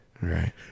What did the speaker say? right